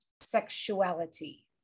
sexuality